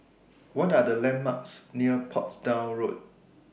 What Are The landmarks near Portsdown Road